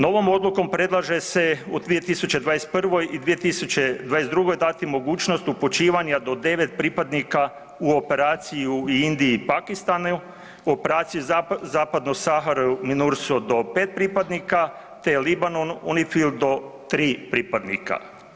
Novom odlukom predlaže se u 2021. i 2022. dati mogućnost upućivanja do devet pripadnika u operaciju u Indiji i Pakistanu, u operaciji u Zapadnu Saharu MINURSO do pet pripadnika te Libanon UNIFIL do tri pripadnika.